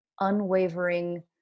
Unwavering